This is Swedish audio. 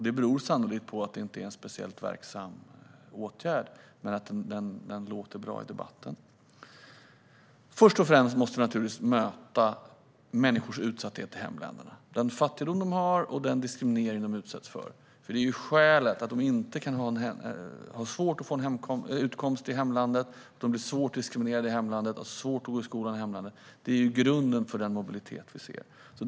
Det beror sannolikt på att det inte vore en särskilt verksam åtgärd. Men det låter bra i debatten. Först och främst måste vi givetvis möta människors utsatthet i hemländerna, den fattigdom de har och den diskriminering de utsätts för. Skälet till att de har svårt att ha en utkomst i hemlandet är att de är svårt diskriminerade och har svårt att gå i skola där. Det är grunden till den mobilitet vi ser.